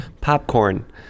popcorn